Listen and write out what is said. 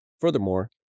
furthermore